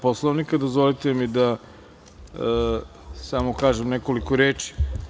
Poslovnika, dozvolite mi da samo kažem nekoliko reči.